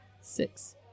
six